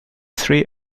three